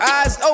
Eyes